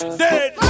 dead